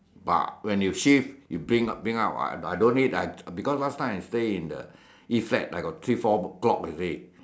but when you shift you bring out bring out I I don't need because last time I stay in the East flat I got three four clock you see